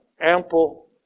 ample